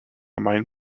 mind